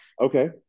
Okay